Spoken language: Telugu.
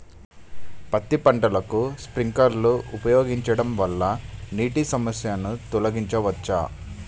పత్తి పంటకు స్ప్రింక్లర్లు ఉపయోగించడం వల్ల నీటి సమస్యను తొలగించవచ్చా?